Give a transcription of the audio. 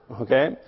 Okay